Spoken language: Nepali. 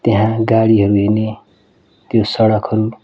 त्यहाँ गाडीहरू हिँड्ने त्यो सडकहरू